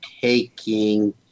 taking